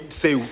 say